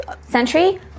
Sentry